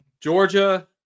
Georgia